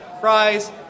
fries